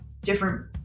different